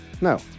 No